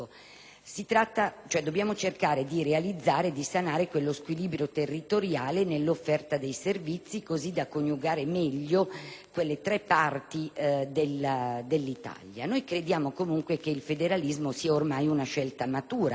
Dobbiamo cercare di sanare quello squilibrio territoriale nell'offerta dei servizi così da coniugare meglio quelle tre parti dell'Italia. Noi crediamo, comunque, che il federalismo sia ormai una scelta matura,